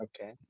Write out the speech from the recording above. Okay